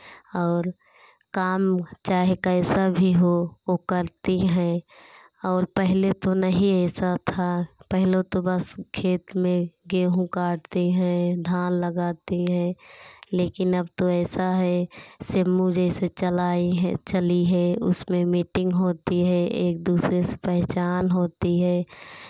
और काम चाहे कैसा भी हो वो करती हैं और पहले तो नहीं ऐसा था पहलो तो बस खेत में गेहूँ काटते हैं धान लगाती हैं लेकिन अब तो ऐसा है जैसे चलाई हैं चली है उसमें मीटिंग होती है एक दूसरे से पहचान होती है